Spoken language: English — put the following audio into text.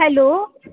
hello